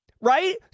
Right